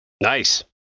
Nice